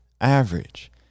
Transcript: average